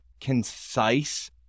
concise